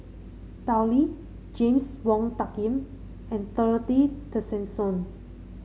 Tao Li James Wong Tuck Yim and Dorothy Tessensohn